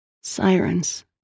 Sirens